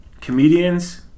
comedians